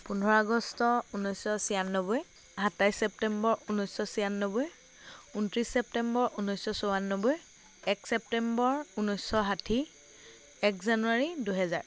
পোন্ধৰ আগষ্ট ঊনৈছশ ছিয়ান্নব্বৈ সাতাইছ চেপ্টেম্বৰ ঊনৈছশ ছিয়ান্নব্বৈ উনত্ৰিছ চেপ্টেম্বৰ ঊনৈছশ চৌআন্নব্বৈ এক চেপ্টেম্বৰ ঊনৈছশ ষাঠি এক জানুৱাৰী দুহেজাৰ